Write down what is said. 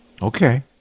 Okay